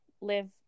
live